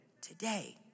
today